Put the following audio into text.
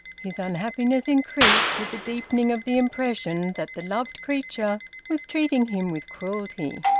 his unhappiness increased with the deepening of the impression that the loved creature was treating him with cruelty.